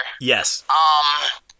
yes